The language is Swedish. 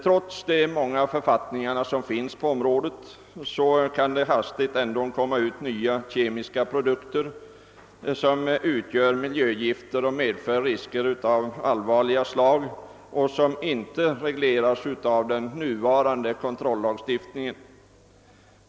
Trots de många författningar som finns på området kommer det hastigt ut nya kemiska produkter, som innehåller miljögifter och medför risker av allvarliga slag men som inte regleras av den nuvarande kontrollagstiftningen.